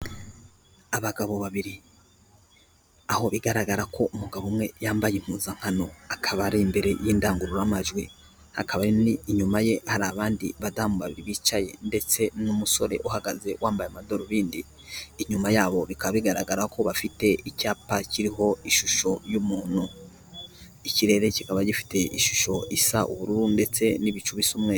Abagabo babiri, aho bigaragara ko umugabo umwe yambaye impuzankano, akaba ari imbere y'indangururamajwi, hakaba inyuma ye hari abandi badamu babiri bicaye ndetse n'umusore uhagaze wambaye amadarubindi. Inyuma yabo bikaba bigaragara ko bafite icyapa kiriho ishusho y'umuntu. Ikirere kikaba gifite ishusho isa ubururu ndetse n'ibicu bisa umweru.